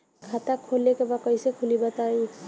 खाता खोले के बा कईसे खुली बताई?